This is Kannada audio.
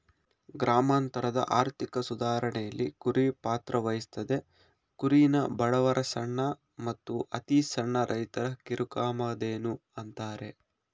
ಗ್ರಾಮಾಂತರದ ಆರ್ಥಿಕ ಸುಧಾರಣೆಲಿ ಕುರಿ ಪಾತ್ರವಹಿಸ್ತದೆ ಕುರಿನ ಬಡವರ ಸಣ್ಣ ಮತ್ತು ಅತಿಸಣ್ಣ ರೈತರ ಕಿರುಕಾಮಧೇನು ಅಂತಾರೆ